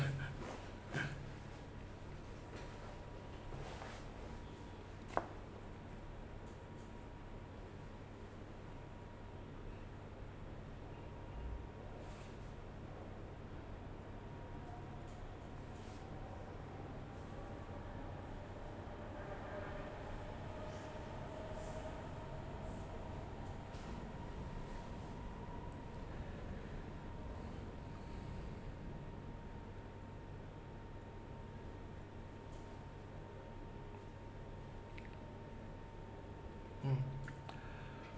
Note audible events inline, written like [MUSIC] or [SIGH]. [LAUGHS] mm